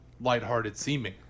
lighthearted-seeming